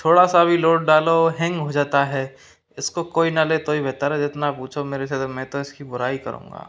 थोड़ा सा भी लोड डालो हैंग हो जाता है इसको कोई न ले तो ही बेहतर है जितना पूछो मेरे से मैं तो इसकी बुराई ही करूंगा